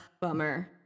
Bummer